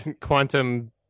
Quantum